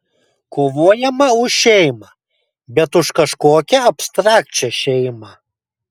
kovojama už šeimą bet už kažkokią abstrakčią šeimą